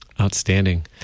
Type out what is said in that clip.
Outstanding